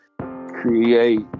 create